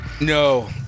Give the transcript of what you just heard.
No